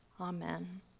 amen